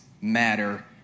matter